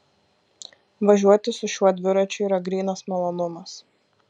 važiuoti su šiuo dviračiu yra grynas malonumas